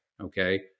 Okay